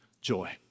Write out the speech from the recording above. joy